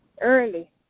early